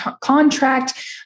contract